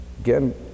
Again